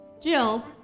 Jill